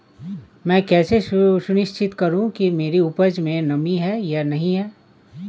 मैं कैसे सुनिश्चित करूँ कि मेरी उपज में नमी है या नहीं है?